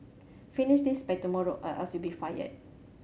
finish this by tomorrow or else you'll be fired